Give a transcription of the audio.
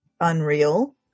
unreal